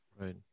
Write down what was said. Right